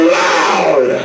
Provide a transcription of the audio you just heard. loud